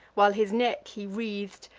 while his neck he wreath'd,